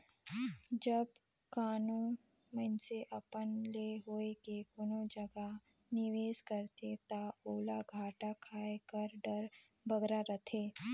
जब कानो मइनसे अपन ले होए के कोनो जगहा निवेस करथे ता ओला घाटा खाए कर डर बगरा रहथे